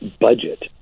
budget